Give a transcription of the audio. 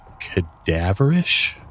cadaverish